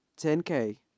10k